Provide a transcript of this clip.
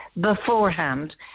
beforehand